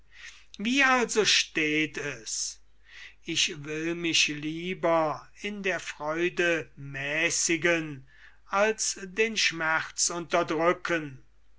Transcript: wie also steht es ich will mich lieber in der freude mäßigen als den schmerz unterdrücken